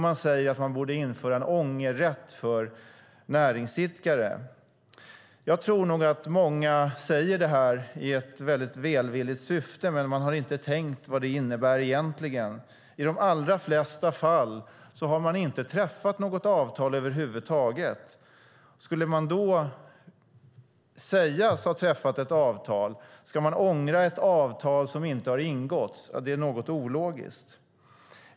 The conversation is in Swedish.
Man säger att man borde införa en ångerrätt för näringsidkare. Jag tror att många säger detta i ett välvilligt syfte, men man har inte tänkt på vad det innebär egentligen. I de allra flesta fall har man inte träffat något avtal över huvud taget. Om man då anser sig ha träffat ett avtal, ska man ångra ett avtal som inte har ingåtts? Ja, det är något ologiskt.